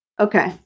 Okay